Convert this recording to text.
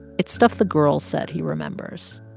it's stuff the girls said he remembers,